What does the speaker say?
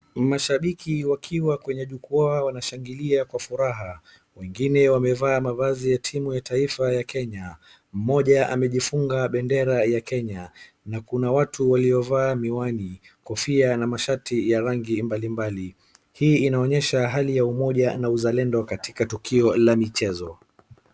Mashabiki wakiwa kwenye jukwaa wanashangilia kwa furaha, wengine wamevaa mavazi ya timu ya taifa ya Kenya, mmoja amejifunga bendera ya Kenya na kuna watu waliovaa miwani, kofia na mashati ya rangi mbalimbali. Hii inaonyesha hali ya umoja na uzalendo katika tukio la michezo.